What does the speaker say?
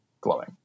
glowing